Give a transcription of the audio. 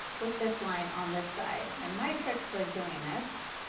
with this line on this side. and my trick for doing this,